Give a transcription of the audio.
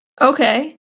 Okay